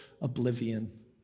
oblivion